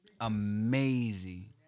amazing